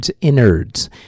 Innards